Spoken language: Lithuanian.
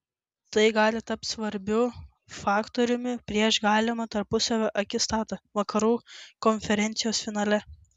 tai gali tapti svarbiu faktoriumi prieš galimą tarpusavio akistatą vakarų konferencijos finale